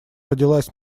родилась